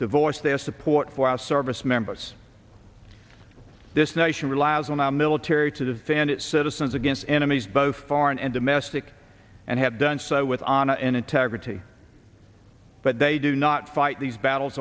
to voice their support for our service members this nation relies on our military to defend its citizens against enemies both foreign and domestic and have done so with honor and integrity but they do not fight these battles